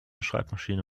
schreibmaschine